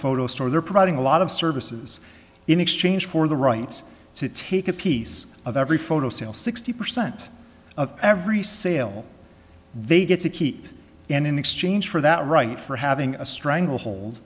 photo store they're providing a lot of services in exchange for the rights to take a piece of every photo sale sixty percent of every sale they get to keep and in exchange for that right for having a stranglehold